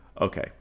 Okay